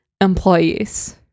employees